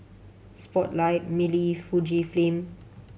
Spotlight Mili Fujifilm